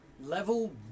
Level